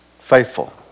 faithful